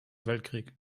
weltkrieg